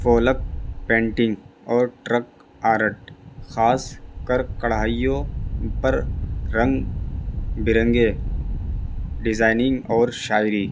folk painting اور truck art خاص کر کڑھائیوں پر رنگ برنگے ڈیزائنگ اور شاعری